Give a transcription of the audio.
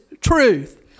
truth